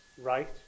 right